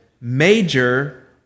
major